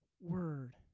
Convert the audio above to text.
word